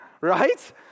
right